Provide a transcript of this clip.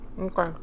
Okay